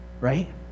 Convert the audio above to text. right